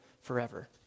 forever